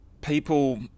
people